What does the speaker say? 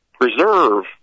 preserve